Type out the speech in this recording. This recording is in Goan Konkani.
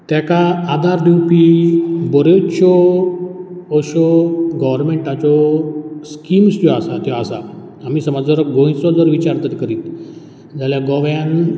तेका आदार दिवपी बऱ्योतश्यो श्यो गॉवरमँटाच्यो स्किम्स ज्यो आसात त्यो आसा आमी समज जर गोंयचो जर विचार जर करीत जाल्या गोव्यान